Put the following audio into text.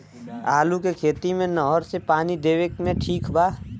आलू के खेती मे नहर से पानी देवे मे ठीक बा?